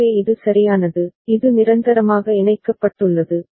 எனவே இது சரியானது இது நிரந்தரமாக இணைக்கப்பட்டுள்ளது